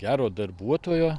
gero darbuotojo